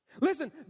listen